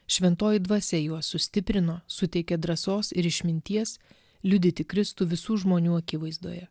šventoji dvasia juos sustiprino suteikė drąsos ir išminties liudyti kristų visų žmonių akivaizdoje